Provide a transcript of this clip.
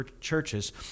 churches